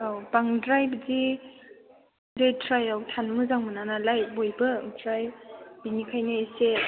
औ बांद्राय बिदि लेथ्रायाव थानो मोजां मोनानालाय बयबो ओमफ्राय बिनिखायनो इसे